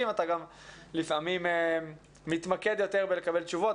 אתה גם לפעמים מתמקד יותר בלקבל תשובות,